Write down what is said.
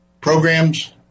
programs